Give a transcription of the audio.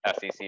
sec